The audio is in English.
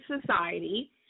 society